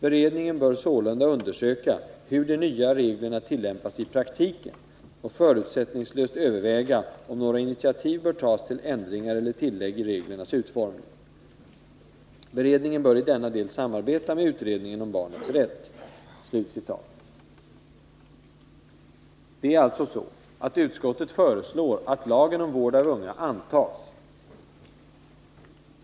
Beredningen bör sålunda undersöka hur de nya reglerna tillämpas i praktiken och förutsättningslöst överväga om några initiativ bör tas till ändringar eller tillägg i reglernas utformning. Beredningen bör i denna del samarbeta med utredningen om barnets rätt.” Utskottet föreslår alltså att lagen om vård av unga antas.